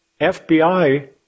FBI